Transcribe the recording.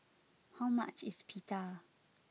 how much is Pita